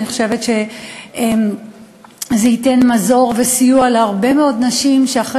אני חושבת שזה ייתן מזור וסיוע להרבה מאוד נשים שאחרי